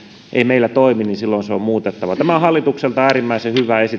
meillä toimi silloin se on muutettava tämä on hallitukselta äärimmäisen hyvä esitys ja